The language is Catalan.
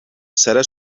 serà